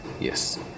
yes